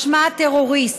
משמע הטרוריסט,